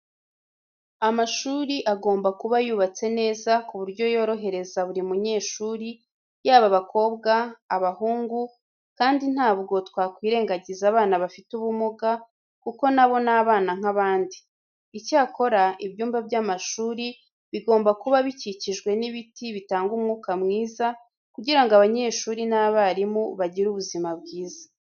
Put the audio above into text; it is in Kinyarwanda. Amashuri agomba kuba yubatse neza ku buryo yorohereza buri munyeshuri yaba abakobwa, abahungu kandi ntabwo twakwirengagiza abana bafite ubumuga kuko na bo ni abana nk'abandi. Icyakora, ibyumba by'amashuri bigomba kuba bikikijwe n'ibiti bitanga umwuka mwiza kugira ngo abanyeshuri n'abarimu bagire ubuzima bwiza.